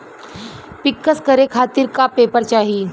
पिक्कस करे खातिर का का पेपर चाही?